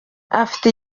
afite